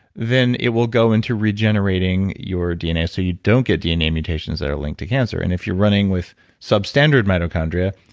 then it will go into regenerating your dna so you don't get dna mutations that are linked to cancer. and if you're running with substandard mitochondria,